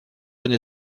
jeune